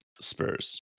Spurs